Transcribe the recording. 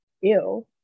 ew